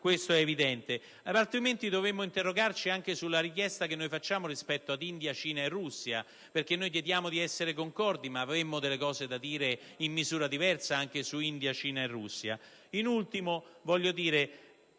Questo è evidente, altrimenti dovremmo interrogarci anche sulla richiesta che noi facciamo rispetto a India, Cina e Russia. Noi chiediamo, infatti, di essere concordi, ma avremmo delle cose da dire, in misura diversa, anche su India, Cina e Russia.